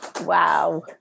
Wow